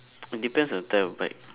depends on the type of bike